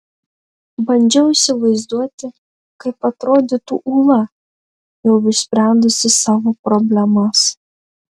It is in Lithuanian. bandžiau įsivaizduoti kaip atrodytų ūla jau išsprendusi savo problemas